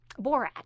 Borat